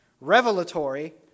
revelatory